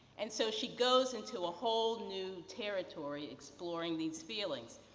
and so she goes into a whole new territory exploring these feelings.